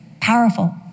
Powerful